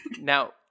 Now